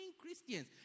Christians